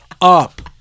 up